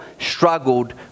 struggled